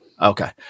Okay